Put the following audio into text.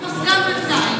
אולי נדליק מזגן בינתיים.